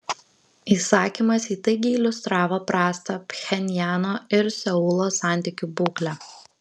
įsakymas įtaigiai iliustravo prastą pchenjano ir seulo santykių būklę